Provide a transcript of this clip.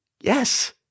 Yes